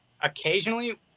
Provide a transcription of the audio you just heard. occasionally